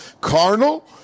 carnal